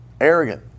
Arrogant